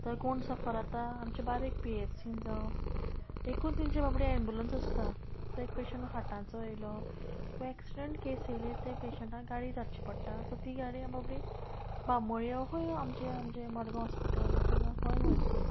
थंय कोण सफर जाता आमचे बारीक पीएचसीन जावं एकूत तेंचे बाबडी एम्बुलंस आसता तो एक पेशंट हाटांचो येयलो वा एक्सिडेंट केस येयली ते पेशंटाक गाडी धाडची पडटा सो ती गाडी बाबडी बांबोळ्यो यो खंय यो आमचे आमचे मडगांव हॉस्पिटल ओके जावं थंय वयतली